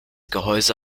gehäuse